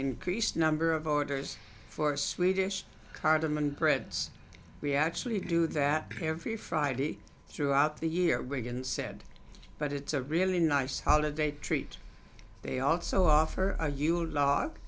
increased number of orders for swedish cardamon breads we actually do that every friday throughout the year begin said but it's a really nice holiday treat they also offer you a log